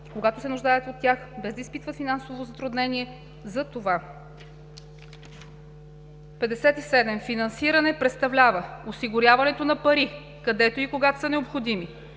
когато се нуждаят от тях, без да изпитват финансово затруднение за това. 57. „Финансиране“ представлява осигуряването на пари, където и когато са необходими.